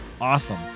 awesome